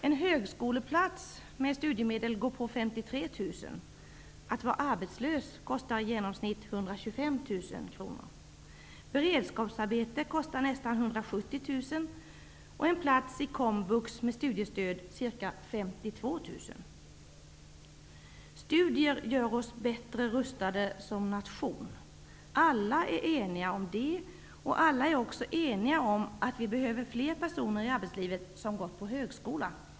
En högskoleplats med studiemedel går på Studier gör oss bättre rustade som nation. Alla är eniga om det. Alla är också eniga om att vi i arbetslivet behöver fler personer som gått på högskola.